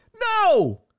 No